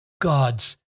God's